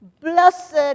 blessed